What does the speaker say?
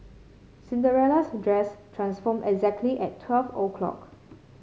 Cinderella's dress transformed exactly at twelve o' clock